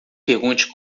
pergunte